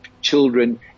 children